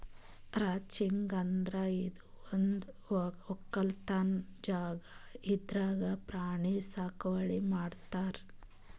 ranching ಅಂದ್ರ ಇದು ಒಂದ್ ವಕ್ಕಲತನ್ ಜಾಗಾ ಇದ್ರಾಗ್ ಪ್ರಾಣಿ ಸಾಗುವಳಿ ಮಾಡ್ತಾರ್